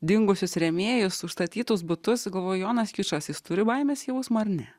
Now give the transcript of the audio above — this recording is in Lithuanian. dingusius rėmėjus užstatytus butus ir galvoju jonas kišas jis turi baimės jausmą ar ne